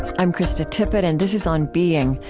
i'm krista tippett, and this is on being.